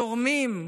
תורמים,